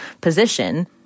position